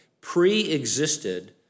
pre-existed